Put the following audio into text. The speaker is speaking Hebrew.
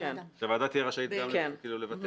שהוועדה תהיה רשאית גם לבטל.